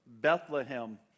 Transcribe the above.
Bethlehem